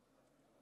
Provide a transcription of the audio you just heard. לכם,